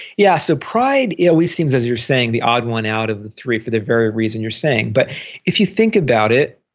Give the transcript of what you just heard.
yeah, so pride, it always seems as you're saying the odd one out of the three for the very reason you're saying, but if you think about it,